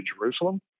Jerusalem